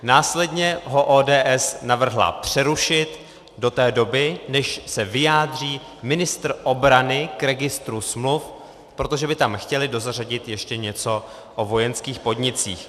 Následně ho ODS navrhla přerušit do té doby, než se vyjádří ministr obrany k registru smluv, protože by tam chtěli dozařadit ještě něco o vojenských podnicích.